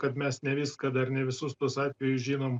kad mes ne viską dar ne visus tuos atvejus žinom